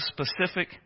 specific